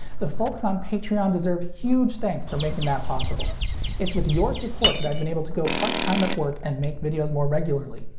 the folks on patreon deserve huge thanks for making that possible it's with your support that i've been able to go part time at work and make videos more regularly.